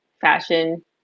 fashion